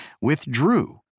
withdrew